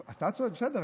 אתה צועק, בסדר.